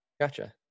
Gotcha